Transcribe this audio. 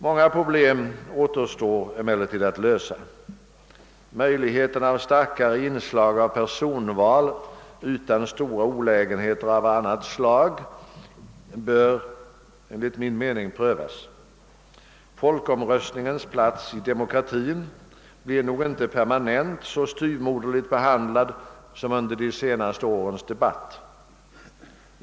Många problem återstår emellertid att lösa. Möjligheterna av starkare inslag av personval utan stora olägenheter av annat slag bör enligt min mening prövas; folkomröstningens plats i demokratin blir nog inte permanent så styvmoderligt behandlad som under de senaste årens debatt.